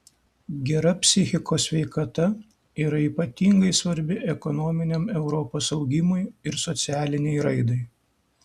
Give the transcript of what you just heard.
gera psichikos sveikata yra ypatingai svarbi ekonominiam europos augimui ir socialinei raidai